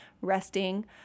resting